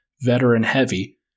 veteran-heavy